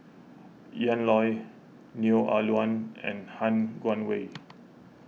Ian Loy Neo Ah Luan and Han Guangwei